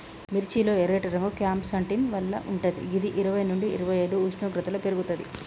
మిర్చి లో ఎర్రటి రంగు క్యాంప్సాంటిన్ వల్ల వుంటది గిది ఇరవై నుండి ఇరవైఐదు ఉష్ణోగ్రతలో పెర్గుతది